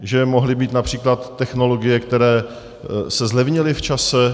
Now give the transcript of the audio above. Že mohly být například technologie, které se zlevnily v čase?